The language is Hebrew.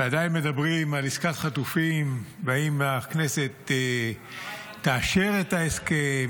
ועדיין מדברים על עסקת חטופים ואם הכנסת תאשר את ההסכם,